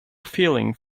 feeling